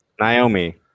Naomi